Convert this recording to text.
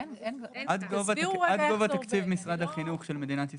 עד גובה תקציב משרד החינוך של מדינת ישראל.